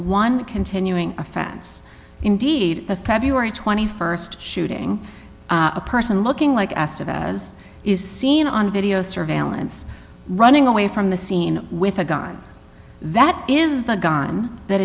one continuing offense indeed the february twenty first shooting a person looking like asked of as is seen on video surveillance running away from the scene with a gun that is the gun that